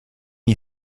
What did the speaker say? you